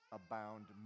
abound